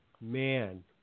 Man